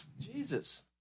Jesus